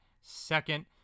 second